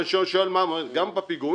ואני שואל: גם בפיגומים?